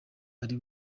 ari